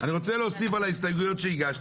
אני רוצה להוסיף על ההסתייגויות שהגשתי,